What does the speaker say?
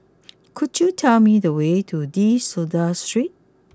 could you tell me the way to De Souza Street